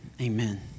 amen